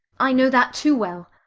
i know that too well.